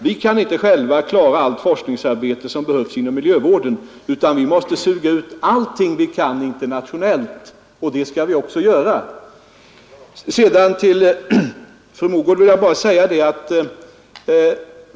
Vi kan inte själva klara allt det forskningsarbete som är nödvändigt inom miljövården, utan vi måste suga ut allt vi kan få av det som sker på det internationella planet, och det skall vi också göra.